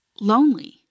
lonely